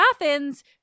Athens